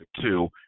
two